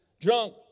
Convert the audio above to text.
drunk